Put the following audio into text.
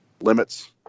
limits